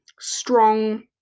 strong